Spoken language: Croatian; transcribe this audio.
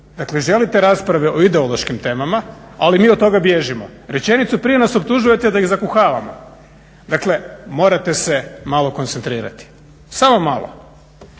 želite rasprave o ideološkim temama ali mi od toga bježimo. Rečenicu prije nas optužujete da ih zakuhavamo. Dakle, morate se malo koncentrirati, samo malo.